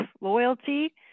loyalty